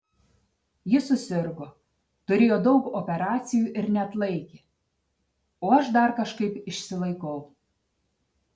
ji susirgo turėjo daug operacijų ir neatlaikė o aš dar kažkaip išsilaikau